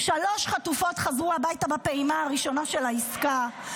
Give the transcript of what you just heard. שלוש חטופות חזרו הביתה בפעימה הראשונה של העסקה.